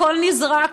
הכול נזרק.